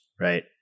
right